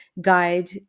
guide